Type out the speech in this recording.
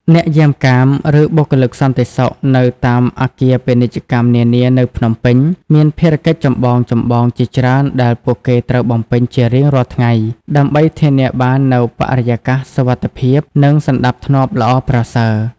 អ្នកយាមកាម ឬបុគ្គលិកសន្តិសុខនៅតាមអគារពាណិជ្ជកម្មនានានៅភ្នំពេញ មានភារកិច្ចចម្បងៗជាច្រើនដែលពួកគេត្រូវបំពេញជារៀងរាល់ថ្ងៃ ដើម្បីធានាបាននូវបរិយាកាសសុវត្ថិភាព និងសណ្ដាប់ធ្នាប់ល្អប្រសើរ។